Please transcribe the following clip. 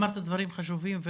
אמרת דברים חשובים,